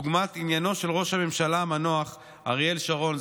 לדוגמה בעניינו של ראש הממשלה המנוח אריאל שרון,